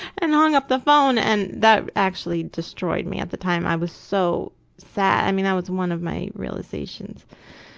and i hung up the phone and that actually destroyed me at the time, i was so sad, i mean, that was one of my realizations.